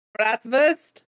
Bratwurst